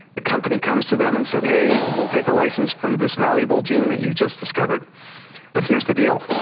the company comes to them and says hey, we'll take a licence from this valuable gene that you've just discovered but here's the deal,